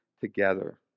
together